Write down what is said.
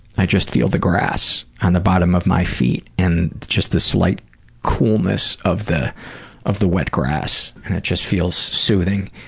i just feel the grass on the bottom of my feet and just the slight coolness of the of the wet grass, and it just feels soothing,